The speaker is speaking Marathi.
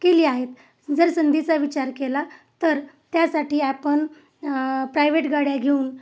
केली आहेत जर संधीचा विचार केला तर त्यासाठी आपण प्रायव्हेट गाड्या घेऊन